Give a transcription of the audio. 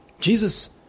Jesus